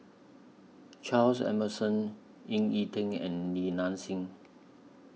Charles Emmerson Ying E Ding and Li Nanxing